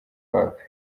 wapi